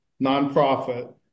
nonprofit